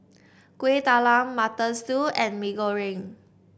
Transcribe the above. Kueh Talam Mutton Stew and Mee Goreng